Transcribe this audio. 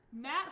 Matt